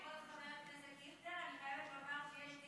לזכות חבר הכנסת דיכטר, אני חייבת לומר שיש,